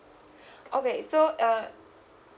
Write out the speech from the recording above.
okay so uh